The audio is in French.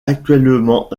actuellement